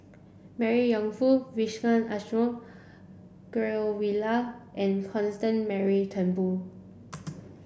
Mary Yong Foong Vijesh Ashok Ghariwala and Constance Mary Turnbull